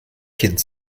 kind